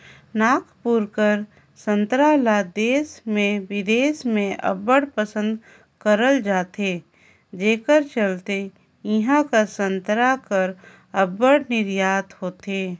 नागपुर कर संतरा ल देस में बिदेस में अब्बड़ पसंद करल जाथे जेकर चलते इहां कर संतरा कर अब्बड़ निरयात होथे